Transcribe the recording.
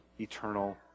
eternal